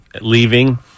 leaving